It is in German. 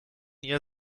ihr